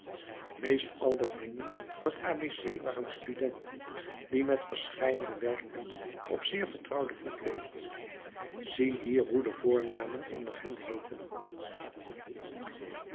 meest al de vrienden van het a b c waren studenten die met verscheidene werklieden op zeer vertrouwden voet leefden zie hier hoe de voornaamsten onder hen heetten